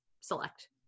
select